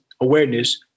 awareness